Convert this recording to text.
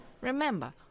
Remember